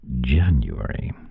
January